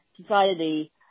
Society